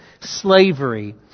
slavery